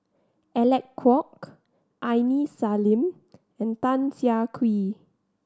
Alec Kuok Aini Salim and Tan Siah Kwee